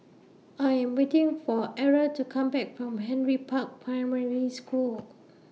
I Am waiting For Arra to Come Back from Henry Park Primary School